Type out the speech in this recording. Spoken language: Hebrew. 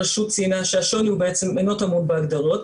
הרשות ציינה שהשוני אינו טמון בהגדרות,